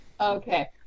Okay